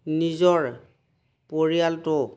নিজৰ পৰিয়ালটো